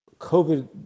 COVID